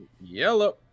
Yellow